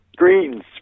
Greens